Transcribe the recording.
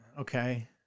okay